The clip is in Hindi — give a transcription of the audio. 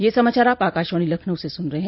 ब्रे क यह समाचार आप आकाशवाणी लखनऊ से सुन रहे हैं